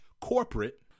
corporate